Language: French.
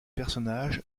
personnages